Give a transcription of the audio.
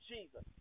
Jesus